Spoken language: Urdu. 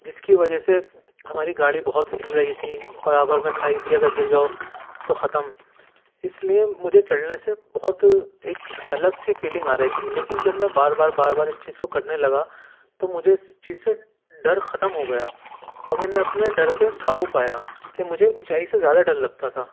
جس کی وجہ سے ہماری گاڑی بہت ہل رہی تھی برابر میں کھائی تھی اگر جاؤ تو ختم اس لیے مجھے چڑھنے سے بہت ایک الگ سی فیلنگ آ رہی تھی لیکن جب میں بار بار بار بار اس چیز کو کرنے لگا تو مجھے اس چیز سے ڈر ختم ہو گیا اور میں نے اپنے ڈر پہ قابو پایا کہ مجھے اونچائی سے زیادہ ڈر لگتا تھا